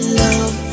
love